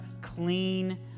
clean